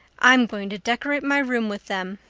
i'm going to decorate my room with them.